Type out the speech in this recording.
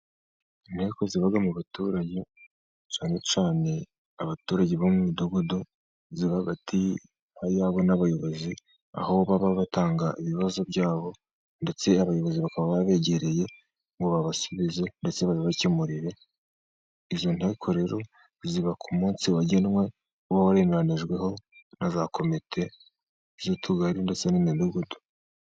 Inteko ziba mu baturage cyane cyane abaturage bo mu midugudu ziba hagati yabo n'abayobozi , aho baba batanga ibibazo byabo ndetse abayobozi bakaba babegereye ngo babasubize ndetse babikemurire . Izo nteko rero ziba ku munsi wagenwe, uba waremeranijweho na za komite z'utugari ndetse n'imidugudu.